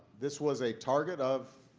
this was a target of